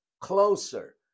closer